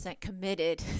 committed